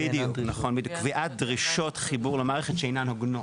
בדיוק "קביעת דרישות חיבור למערכת שאינן הוגנות".